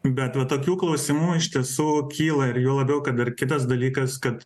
be vat tokių klausimų iš tiesų kyla ir juo labiau kad dar kitas dalykas kad